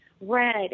red